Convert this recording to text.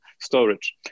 storage